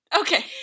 Okay